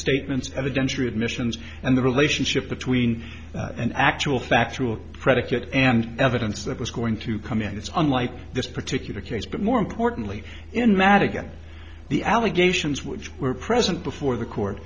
statements of adventure admissions and the relationship between an actual factual predicate and evidence that was going to come in this unlike this particular case but more importantly in madigan the allegations which were present before the court